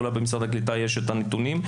אולי במשרד הקליטה יש הנתונים.